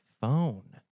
phone